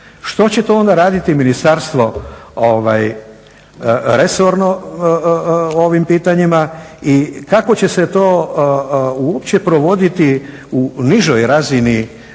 što će to raditi ministarstvo resorno o ovim pitanjima i kako će se to uopće provoditi u nižoj razini